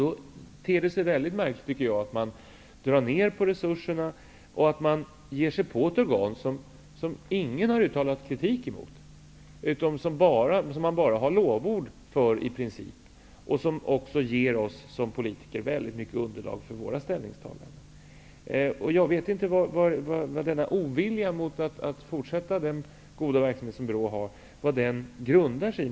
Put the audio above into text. Då ter det sig märkligt att dra ned på resurserna och att ge sig på ett organ som ingen har uttalat kritik mot, som bara har fått lovord och som har gett oss politiker en hel del underlag för våra ställningstaganden. Jag vet inte vad denna ovilja att fortsätta denna goda verksamhet som BRÅ utför grundar sig på.